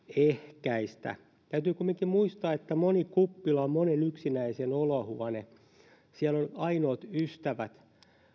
ehkäistä täytyy kumminkin muistaa että moni kuppila on monen yksinäisen olohuone siellä ovat ainoat ystävät